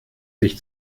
sich